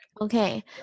Okay